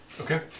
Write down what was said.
Okay